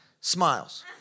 smiles